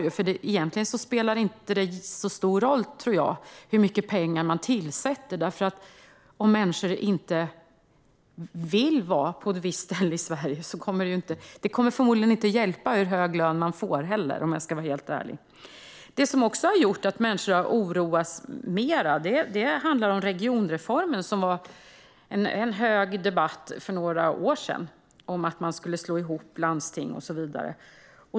Jag tror inte att det spelar så stor roll hur mycket pengar som läggs till, för vill man inte vara på ett visst ställe i Sverige hjälper inte ens en hög lön. Något som också oroar människor är regionreformen. För några år sedan gick debattvågorna höga om att man skulle slå ihop landsting.